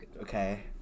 Okay